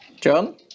John